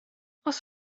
oes